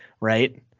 right